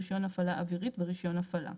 רישיון הפעלה אווירית ורישיון הפעלה".